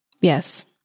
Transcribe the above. Yes